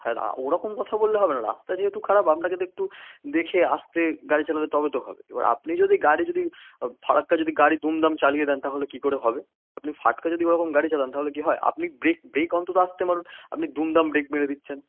হ্যাঁ না ওরকম কথা বললে হবে না রাস্তা যেহেতু খারাপ আপনাকে তো একটু দেখে আস্তে গাড়ি চালালে তবে তো হবে এবার আপনি যদি গাড়ি যদি ফারাক্কা যদি গাড়ি দুম দাম চালিয়ে দেন তাহলে কী করে হবে আপনি ফাটকা যদি ওরকম গাড়ি চালান তাহলে কি হয় আপনি ব্রেক ব্রেক অন্তত আস্তে মারুন আপনি দুম দাম ব্রেক মেরে দিচ্ছেন